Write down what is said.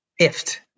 IFT